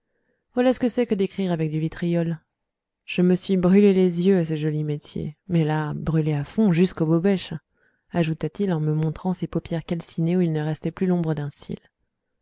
voilà ce que c'est que d'écrire avec du vitriol je me suis brûlé les yeux à ce joli métier mais là brûlé à fond jusqu'aux bobèches ajouta-t-il en me montrant ses paupières calcinées où ne restait plus l'ombre d'un cil